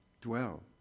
dwell